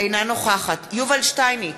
אינה נוכחת יובל שטייניץ,